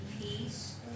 peace